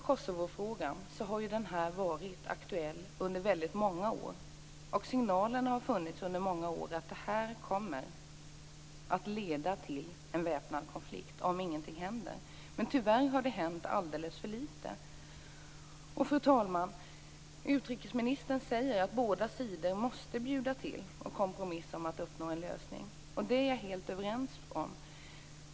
Kosovofrågan har ju varit aktuell under väldigt många år, och det har i många år funnits signaler om att den kommer att leda till en väpnad konflikt, om ingenting händer. Tyvärr har det hänt alldeles för litet. Fru talman! Utrikesministern säger att båda sidor måste bjuda till och kompromissa om att uppnå en lösning. Det är jag helt överens om.